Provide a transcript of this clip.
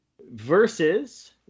versus